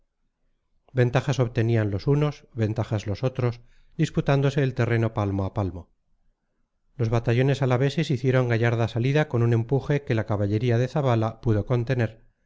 ventajas obtenían los unos ventajas los otros disputándose el terreno palmo a palmo los batallones alaveses hicieron gallarda salida con un empuje que la caballería de zabala pudo contener